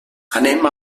anem